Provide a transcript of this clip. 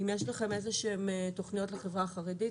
האם יש לכם תוכניות לחברה החרדית?